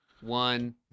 one